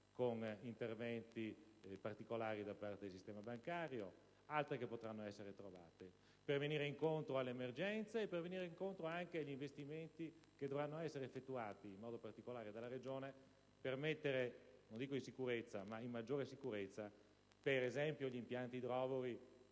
con interventi particolari da parte del sistema bancario; altre potranno essere trovate per venire incontro alle emergenze e anche agli investimenti che dovranno essere effettuati, in modo particolare dalla Regione, per mettere in maggiore sicurezza, per esempio, gli impianti idrovori